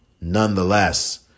nonetheless